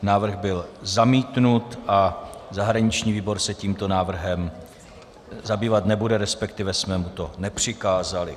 Návrh byl zamítnut a zahraniční výbor se tímto návrhem zabývat nebude, resp. jsme mu to nepřikázali.